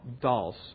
dolls